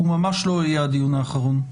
הוא ממש לא יהיה הדיון האחרון.